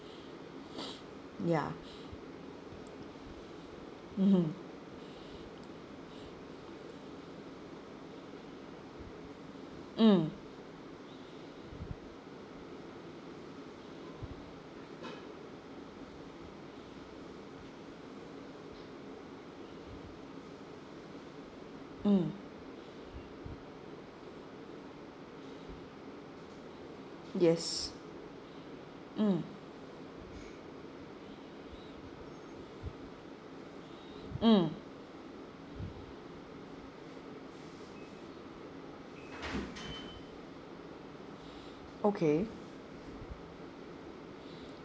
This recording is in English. ya mmhmm mm mm yes mm mm okay